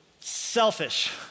selfish